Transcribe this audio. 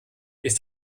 ist